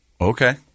okay